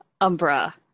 Umbra